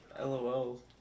Lol